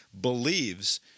believes